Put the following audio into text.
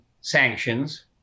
sanctions